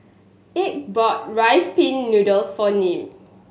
Ike bought Rice Pin Noodles for Nim